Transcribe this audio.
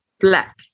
black